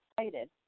excited